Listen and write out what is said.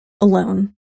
alone